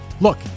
Look